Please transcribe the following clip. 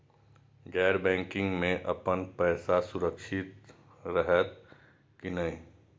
गैर बैकिंग में अपन पैसा सुरक्षित रहैत कि नहिं?